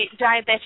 diabetic